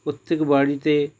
প্রত্যেক বাড়িতে